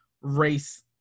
race